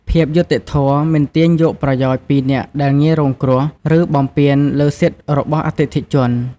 ភាពយុត្តិធម៌ មិនទាញយកប្រយោជន៍ពីអ្នកដែលងាយរងគ្រោះ ឬបំពានលើសិទ្ធិរបស់អតិថិជន។